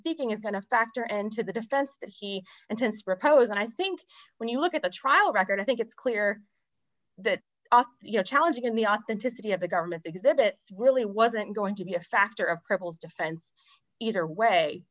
speaking is going to factor into the defense that he intends propose and i think when you look at the trial record i think it's clear that you know challenging the authenticity of the government because it really wasn't going to be a factor of crippled defense either way